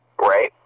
right